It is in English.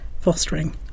fostering